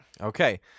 Okay